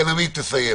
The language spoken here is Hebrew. עמית, תסיים.